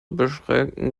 beschränken